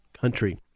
country